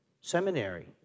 seminary